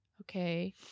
okay